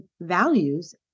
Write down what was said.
values